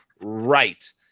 right